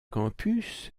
campus